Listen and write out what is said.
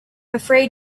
afraid